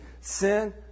sin